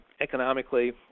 economically